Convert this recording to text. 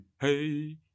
Hey